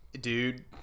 Dude